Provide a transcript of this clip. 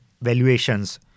valuations